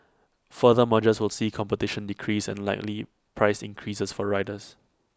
further mergers will see competition decrease and likely price increases for riders